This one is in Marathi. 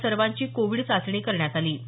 या सर्वांची कोविड चाचणी करण्यात आली